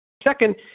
Second